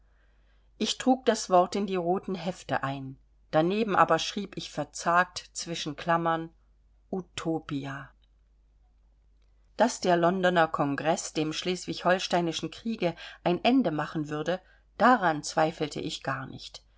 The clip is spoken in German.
ich trug das wort in die roten hefte ein daneben aber schrieb ich verzagt zwischen klammern utopia daß der londoner kongreß dem schleswig holsteinschen kriege ein ende machen würde daran zweifelte ich gar nicht